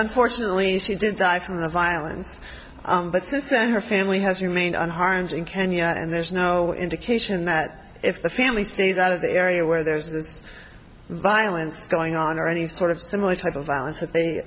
unfortunately she did die from the violence but since then her family has remained on harms in kenya and there's no indication that if the family stays out of the area where there was this violence going on or any sort of similar type of violence that they